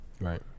Right